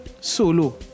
solo